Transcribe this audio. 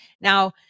Now